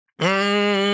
mmm